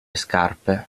scarpe